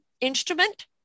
instrument